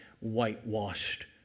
whitewashed